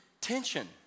tension